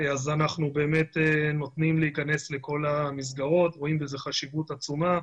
אנחנו באמת נותנים לכל המסגרות להיכנס ורואים בזה חשיבות עצומה.